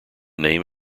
name